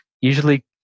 usually